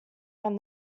from